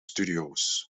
studios